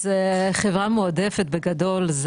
אז חברה מועדפת בגדול,